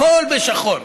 הכול בשחור.